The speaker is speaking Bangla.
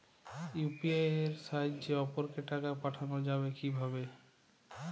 ইউ.পি.আই এর সাহায্যে অপরকে টাকা পাঠানো যাবে কিভাবে?